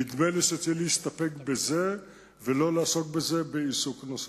נדמה לי שצריך להסתפק בזה ולא לעסוק בזה עיסוק נוסף.